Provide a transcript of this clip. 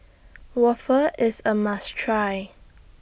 Waffle IS A must Try